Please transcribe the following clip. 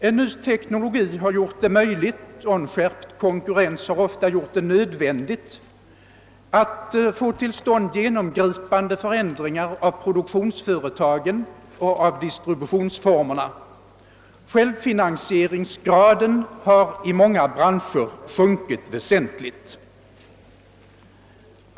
En ny teknologi har gjort det möjligt och en skärpt konkurrens har ofta gjort det nödvändigt att få till stånd genomgripande förändringar av produktionsföretagen och distributionsformerna. Självfinansieringsgraden har i många branscher sjunkit väsentligt.